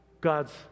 God's